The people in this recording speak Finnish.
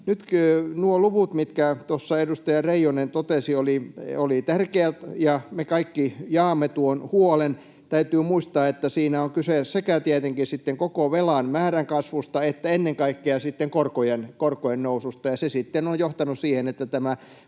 Nyt nuo luvut, mitkä tuossa edustaja Reijonen totesi, olivat tärkeät, ja me kaikki jaamme tuon huolen. Täytyy muistaa, että siinä on tietenkin kyse sekä koko velan määrän kasvusta että ennen kaikkea korkojen noususta. Se sitten on johtanut siihen, että tämä